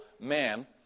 man